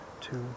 two